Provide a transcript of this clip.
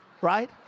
right